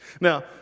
Now